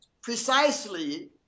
precisely